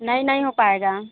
नहीं नहीं हो पाएगा